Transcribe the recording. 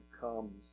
comes